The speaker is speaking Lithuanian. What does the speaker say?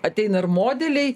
ateina ir modeliai